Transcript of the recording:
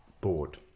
board